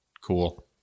Cool